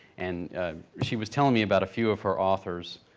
and she was telling me about a few of her authors,